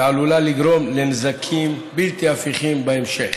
ועלולה לגרום נזקים בלתי הפיכים בהמשך.